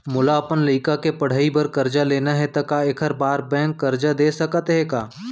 मोला अपन लइका के पढ़ई बर करजा लेना हे, त एखर बार बैंक करजा दे सकत हे का?